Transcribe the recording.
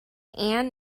ann